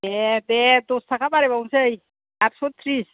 दे दे दसथाखा बाराय बावसै आदस' थ्रिस